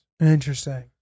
Interesting